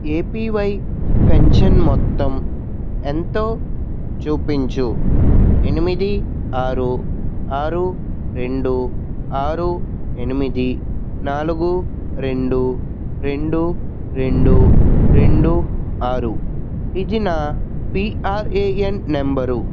APY pension మొత్తం ఎంతో చూపించు ఎనిమిది ఆరు ఆరు రెండు ఆరు ఎనిమిది నాలుగు రెండు రెండు రెండు రెండు ఆరు ఇది నా పిఆర్ఏఎన్ నెంబరు